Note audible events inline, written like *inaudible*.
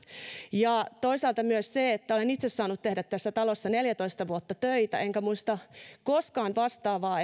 toisaalta on myös niin että olen itse saanut tehdä tässä talossa neljätoista vuotta töitä enkä muista koskaan vastaavaa *unintelligible*